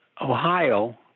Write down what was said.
Ohio